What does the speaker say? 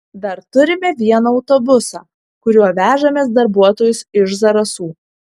dar turime vieną autobusą kuriuo vežamės darbuotojus iš zarasų